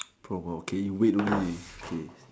prompt okay you wait only okay